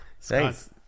Thanks